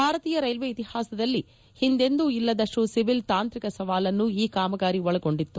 ಭಾರತೀಯ ರೈಲ್ವೆ ಇತಿಹಾಸದಲ್ಲಿ ಹಿಂದೆಂದೂ ಇಲ್ಲದಷ್ಟು ಸಿವಿಲ್ ತಾಂತ್ರಿಕ ಸವಾಲನ್ನು ಈ ಕಾಮಗಾರಿ ಒಳಗೊಂಡಿತ್ತು